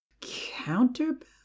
counterbalance